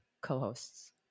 co-hosts